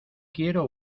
quiero